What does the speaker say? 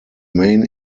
main